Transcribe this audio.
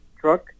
truck